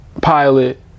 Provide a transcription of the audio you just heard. pilot